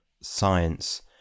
science